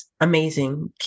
Amazing